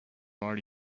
already